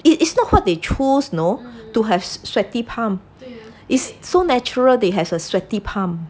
it is not what they choose you know to have sweaty palm is so natural they have a sweaty palm